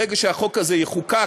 שברגע שהחוק הזה יחוקק,